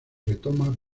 retoma